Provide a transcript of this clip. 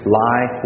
lie